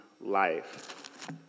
life